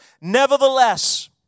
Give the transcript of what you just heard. Nevertheless